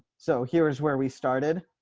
so here's where we started.